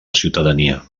ciutadania